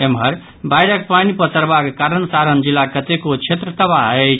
एम्हर बाढ़िक पानि पसरबाक कारण सारण जिलाक कतेको क्षेत्र तबाह अछि